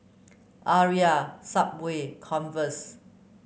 Arai Subway Converse